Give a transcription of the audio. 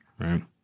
right